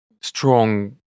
strong